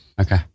Okay